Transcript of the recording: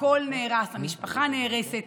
הכול נהרס: המשפחה נהרסת,